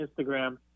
Instagram